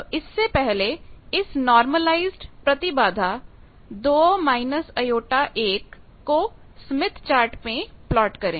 तो सबसे पहले इस नार्मलायीजेड प्रतिबाधा 2 j1 को स्मिथ चार्ट में प्लॉट करें